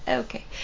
okay